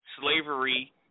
slavery